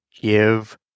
give